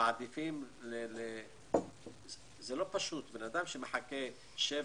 מעדיפים זה לא פשוט אדם שמחכה שבע,